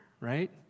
right